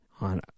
on